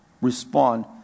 respond